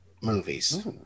movies